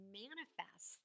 manifest